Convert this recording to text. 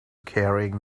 carrying